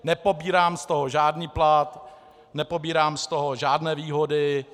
Nepobírám z toho žádný plat, nepobírám z toho žádné výhody.